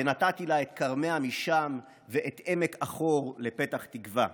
"ונתתי לה את כרמיה משם ואת עמק עכוֹר לפתח תקוה".